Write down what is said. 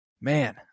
man